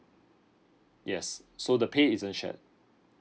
yes so the pay isn't shared